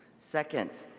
second,